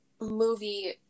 movie